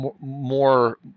more